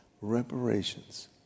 Reparations